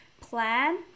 plan